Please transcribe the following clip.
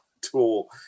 tool